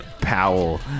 Powell